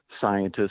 scientists